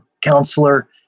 counselor